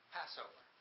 Passover